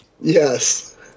Yes